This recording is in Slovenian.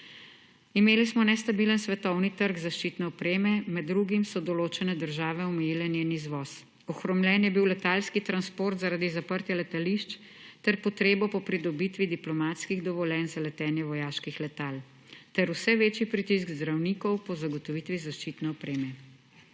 Imeli smo nestabilen svetovni trg zaščitne opreme, med drugim so določene države omejile njen izvoz, ohromljen je bil letalski transport zaradi zaprtja letališč, ter potrebo po pridobitvi diplomatskih dovoljenj za letenje vojaških letal ter vse večji pritisk zdravnikov po zagotovitvi zaščitne opreme.